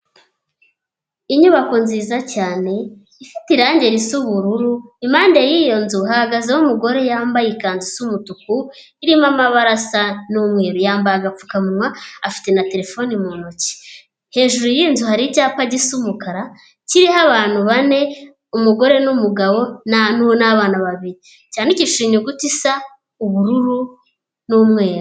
Inyubako nziza cyane ifite irange risa n'ubururu, impande yiyo nzu hahagazeho umugore yambaye ikanzu isa umutuku, irimo amabara asa n'umweru; yambaye agapfukamunwa afite na terefone mu ntoki. Hejuru yinzu hari icyapa gisa umukara kiriho abantu bane, umugore n'umugabo, n'abana babiri; cyandikishije inyuguti isa ubururu n'umweru.